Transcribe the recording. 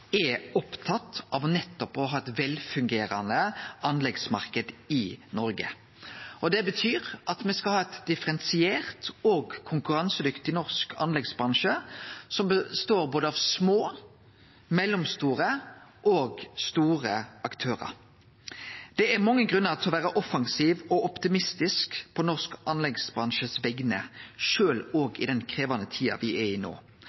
er opptatt nettopp av å ha ein velfungerande anleggsmarknad i Noreg. Det betyr at me skal ha ein differensiert og konkurransedyktig norsk anleggsbransje som består av både små, mellomstore og store aktørar. Det er mange grunnar til å vere offensiv og optimistisk på vegner av norsk anleggsbransje sjølv i den krevjande tida me er i